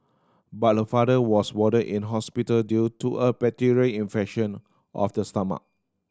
but her father was warded in hospital due to a bacterial infection of the stomach